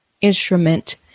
instrument